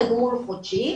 תגמול חודשי,